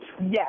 Yes